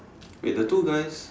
wait the two guys